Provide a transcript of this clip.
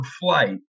flight